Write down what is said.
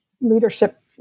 leadership